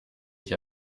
ich